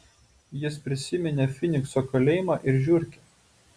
jis prisiminė fynikso kalėjimą ir žiurkę